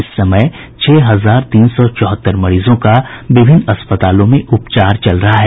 इस समय छह हजार तीन सौ चौहत्तर मरीजों का विभिन्न अस्पतालों में इलाज चल रहा है